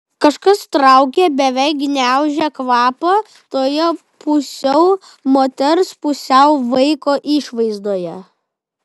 kažkas traukė beveik gniaužė kvapą toje pusiau moters pusiau vaiko išvaizdoje